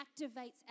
activates